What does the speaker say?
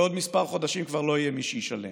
בעוד כמה חודשים כבר לא יהיה מי שישלם.